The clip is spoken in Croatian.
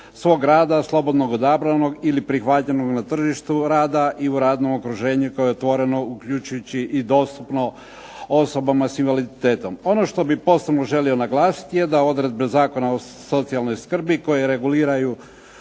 svog rada, slobodnog odabranog ili prihvaćenog na tržištu rada i u radnom okruženju koje je otvoreno uključujući i dostupno osobama s invaliditetom. Ono što bih posebno želio naglasiti je da odredbe Zakona o socijalnoj skrbi koje reguliraju